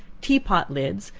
tea-pot lids,